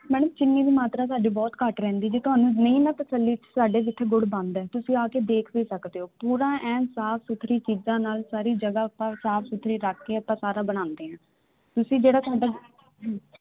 madam ਚੀਨੀ ਦੀ ਮਾਤਰਾ ਸਾਡੀ ਬਹੁਤ ਘੱਟ ਰਹਿੰਦੀ ਜੇ ਤੁਹਾਨੂੰ ਨਹੀਂ ਨਾ ਤਸੱਲੀ ਸਾਡੇ ਜਿੱਥੇ ਗੁੜ ਬਣਦਾ ਤੁਸੀਂ ਆ ਕੇ ਦੇਖਦੇ ਸਕਦੇ ਹੋ ਪੂਰਾ ਐਨ ਸਾਫ ਸੁਥਰੀ ਚੀਜ਼ਾਂ ਨਾਲ ਸਾਰੀ ਜਗਹਾ ਪਰ ਸਾਫ ਸੁਥਰੀ ਰੱਖ ਕੇ ਆਪਾਂ ਸਾਰਾ ਬਣਾਉਂਦੇ ਆਂ ਤੁਸੀਂ ਜਿਹੜਾ ਤੁਹਾਡਾ